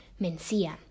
Mencia